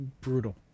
brutal